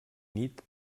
nit